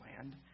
land